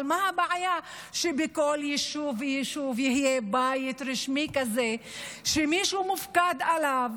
אבל מה הבעיה שבכל יישוב ויישוב יהיה בית רשמי כזה שמישהו מופקד עליו,